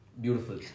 beautiful